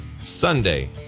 Sunday